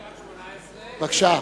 בבקשה.